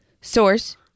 Source